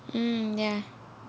mm ya